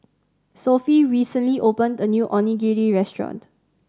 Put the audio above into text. Sophie recently opened a new Onigiri Restaurant